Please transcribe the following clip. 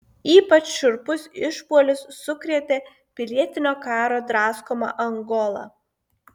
ypač šiurpus išpuolis sukrėtė pilietinio karo draskomą angolą